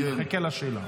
אני מחכה לשאלה.